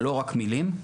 לראות את המינונים האלה.